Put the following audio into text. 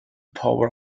power